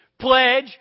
pledge